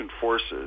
forces